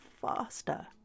faster